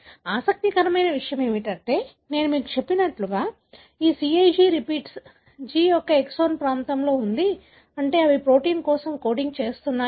ఆసక్తికరమైన విషయం ఏమిటంటే నేను మీకు చెప్పినట్లుగా ఈ CAG రిపీట్ G యొక్క ఎక్సోనిక్ ప్రాంతంలో ఉంది అంటే అవి ప్రోటీన్ కోసం కోడింగ్ చేస్తున్నాయి